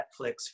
Netflix